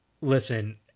Listen